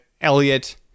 Elliot